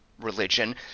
religion